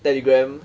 Telegram